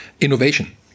Innovation